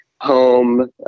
home